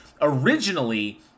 Originally